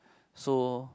so